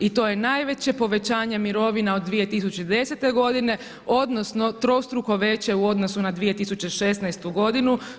I to je najveće povećanje mirovina od 2010. godine, odnosno trostruko veće u odnosu na 2016. godinu.